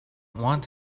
want